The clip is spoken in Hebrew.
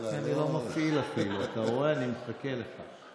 אני מחכה לך.